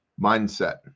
Mindset